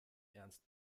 ernst